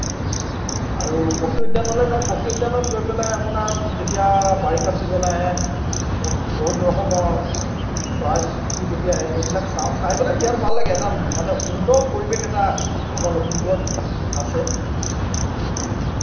আৰু পখী উদ্যানলৈ যাওঁ পখী উদ্যানত গৈ পেলাই আপোনাৰ যেতিয়া বাৰিষা চিজন আহে ব বহুত ৰকমৰ চৰাই চিৰিকতি আহে সেইবিলাক চাওঁ চাই পেলাই বিৰাট ভাল লাগে এটা মানে সুন্দৰ পৰিবেশ এটা আমাৰ লখিমপুৰত আছে